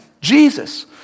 Jesus